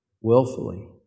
willfully